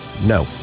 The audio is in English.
no